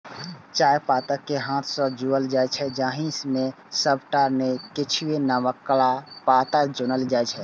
चायक पात कें हाथ सं चुनल जाइ छै, जाहि मे सबटा नै किछुए नवका पात चुनल जाइ छै